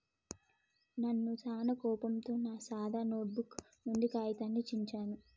నాను సానా కోపంతో నా సాదా నోటుబుక్ నుండి కాగితాన్ని చించాను